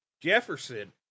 Jefferson